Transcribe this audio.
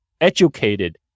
educated